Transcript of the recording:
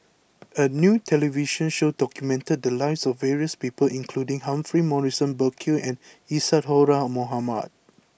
a new television show documented the lives of various people including Humphrey Morrison Burkill and Isadhora Mohamed